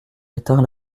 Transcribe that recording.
éteint